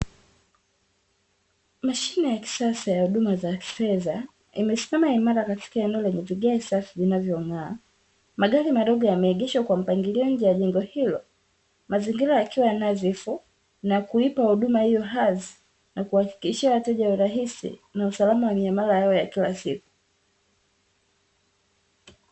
Mashine ya kisasa ya huduma za kifedha, imesimama imara katika eneo lenye vigae safi vinavyong'aa. Magari madogo yameegeshwa kwa mpangilio nje ya jengo hilo. Mazingira yakiwa ya nadhifu, na kuipa huduma hiyo hadhi, na kuwahakikishia wateja urahisi na usalama wa miamala yao ya kila siku.